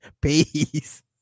Peace